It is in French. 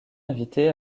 invité